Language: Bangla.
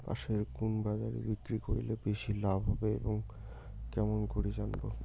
পাশের কুন বাজারে বিক্রি করিলে বেশি লাভ হবে কেমন করি জানবো?